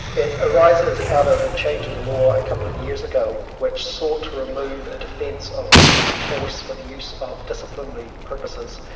it arises out of a change and of law a couple of years ago, which sought to remove a defence of reasonable force for the use of disciplinary purposes,